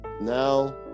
Now